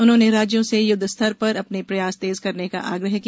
उन्होंने राज्यों से युद्धस्तर पर अपने प्रयास तेज करने का आग्रह किया